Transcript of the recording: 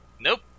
Nope